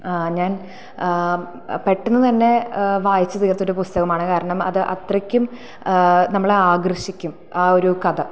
ഞാൻ പെട്ടെന്നു തന്നെ വായിച്ചു തീർത്തൊരു പുസ്തകമാണ് കാരണം അത് അത്രക്കും നമ്മളെ ആകർഷിക്കും ആ ഒരു കഥ